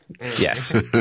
yes